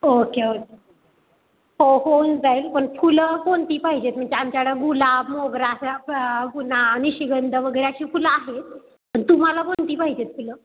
okay okay हो होऊन जाईल पण फुलं कोणती पाहिजे आहेत म्हणजे आमच्याकडं गुलाब मोगरा असा गुना निशिगंध वगैरे अशी फुलं आहेत पण तुम्हाला कोणती पाहिजे आहेत फुलं